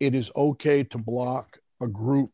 it is ok to block a group